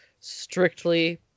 strictly